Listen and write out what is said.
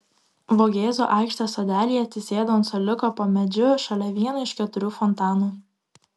vogėzų aikštės sodelyje atsisėdu ant suoliuko po medžiu šalia vieno iš keturių fontanų